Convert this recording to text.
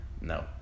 no